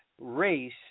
Race